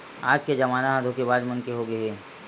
आज के जमाना ह धोखेबाज मन के होगे हे